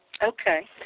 Okay